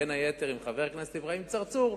ובין היתר עם חבר הכנסת אברהים צרצור,